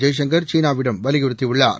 ஜெய்சங்கர் சீனாவிடம் வலியுறுத்தியுள்ளார்